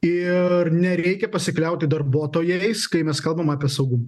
ir nereikia pasikliauti darbuotojais kai mes kalbam apie saugumą